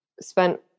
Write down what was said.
spent